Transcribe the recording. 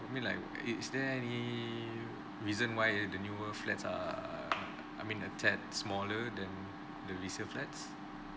mean like is there any reason why the newer flats are I mean uh that smaller than the resale flats